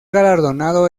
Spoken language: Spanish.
galardonado